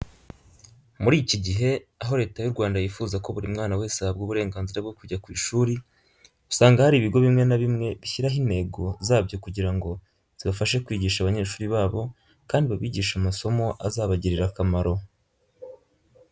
Muri iki gihe aho Leta y'u Rwanda yifuza ko buri mwana wese ahabwa uburenganzira bwo kujya ku ishuri, usanga hari ibigo bimwe na bimwe bishyiraho intego zabyo kugira ngo zibafashe kwigisha abanyeshuri babo kandi babigishe amasomo azabagirira akamaro.